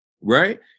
right